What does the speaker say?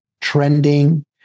trending